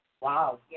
Wow